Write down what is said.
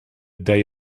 day